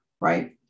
Right